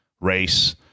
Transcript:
race